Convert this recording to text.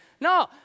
No